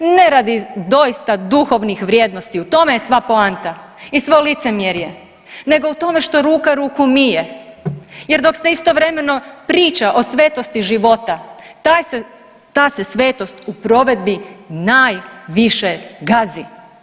Ne radi doista duhovnih vrijednosti, u tome je sva poanta i svo licemjerje, nego u tome u tome što ruka ruku mije jer dok se istovremeno priča o svetosti života taj se, ta se svetost u provedbi najviše gazi.